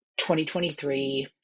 2023